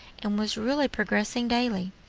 and was really progressing dayly.